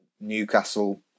Newcastle